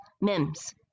Mims